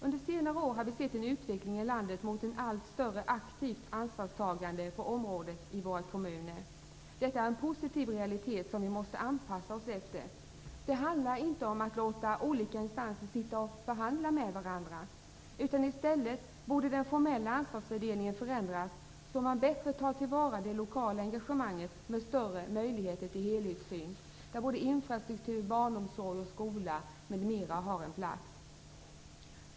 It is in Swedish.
Under senare år har vi sett en utveckling i landet mot ett allt större aktivt ansvarstagande på området i våra kommuner. Detta är en positiv realitet som vi måste anpassa oss efter. Det handlar inte om att låta olika instanser förhandla med varandra. I stället borde den formella ansvarsfördelningen förändras så att man bättre tar till vara det lokala engagemanget, med större möjligheter till helhetssyn, där infrastruktur, barnomsorg, skola, m.m. har en plats.